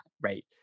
right